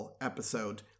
episode